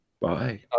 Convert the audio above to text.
Bye